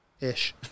ish